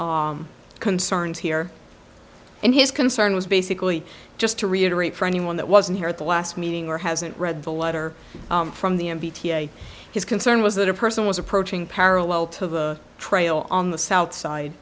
alleviate concerns here and his concern was basically just to reiterate for anyone that wasn't here at the last meeting or hasn't read the letter from the m b t a his concern was that a person was approaching parallel to the trail on the south side